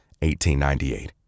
1898